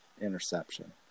interception